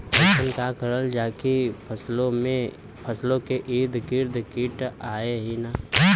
अइसन का करल जाकि फसलों के ईद गिर्द कीट आएं ही न?